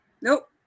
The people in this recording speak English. nope